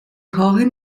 hohen